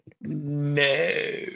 no